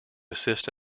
assist